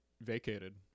vacated